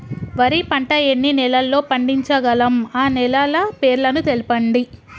వరి పంట ఎన్ని నెలల్లో పండించగలం ఆ నెలల పేర్లను తెలుపండి?